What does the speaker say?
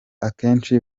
akenshi